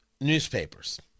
newspapers